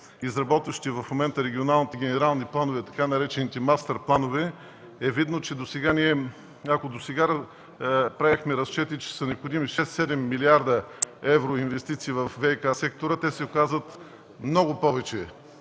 изработващите в момента регионалните генерални планове – така наречените мастерпланове, е видно, че ако досега правехме разчети за необходими 6-7 млрд. евро инвестиции във ВиК сектора, те се оказват много повече.